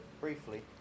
Briefly